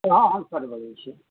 सएह हम सर बजैत छियै